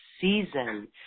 season